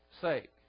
sake